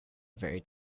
very